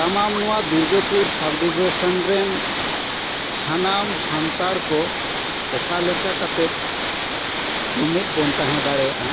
ᱛᱟᱢᱟᱢ ᱱᱚᱣᱟ Durgapur sub division ᱨᱮᱱ ᱥᱟᱱᱟᱢ ᱥᱟᱱᱛᱟᱲ ᱠᱚ ᱚᱠᱟ ᱞᱮᱠᱟ ᱠᱟᱛᱮᱫ ᱡᱩᱢᱤᱫ ᱵᱚᱱ ᱛᱟᱦᱮᱸ ᱫᱟᱲᱮᱭᱟᱜᱼᱟ